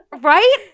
Right